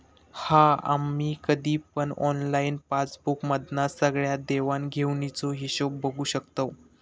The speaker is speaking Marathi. हा आम्ही कधी पण ऑनलाईन पासबुक मधना सगळ्या देवाण घेवाणीचो हिशोब बघू शकताव